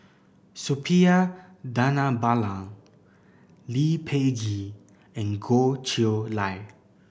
Suppiah Dhanabalan Lee Peh Gee and Goh Chiew Lye